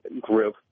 group